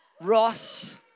Ross